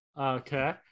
Okay